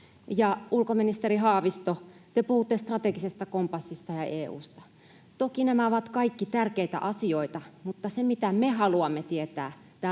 ulkoministeri Haavisto, te puhutte strategisesta kompassista ja EU:sta. Toki nämä ovat kaikki tärkeitä asioita, mutta se, mitä me haluamme tietää